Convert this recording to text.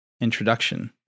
introduction